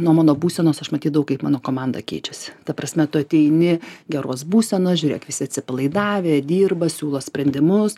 nuo mano būsenos aš matydavau kaip mano komanda keičiasi ta prasme tu ateini geros būsenos žiūrėk visi atsipalaidavę dirba siūlo sprendimus